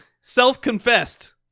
self-confessed